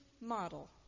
model